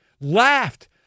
laughed